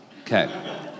okay